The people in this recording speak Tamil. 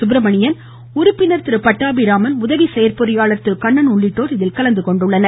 சுப்பிரமணியன் உறுப்பினர் திரு பட்டாபிராமன் உதவி செயற்பொறியாளர் திரு கண்ணன் உள்ளிட்டோர் கலந்துகொண்டுள்ளனர்